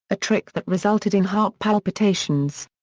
a trick that resulted in heart palpitations.